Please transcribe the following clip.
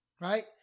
Right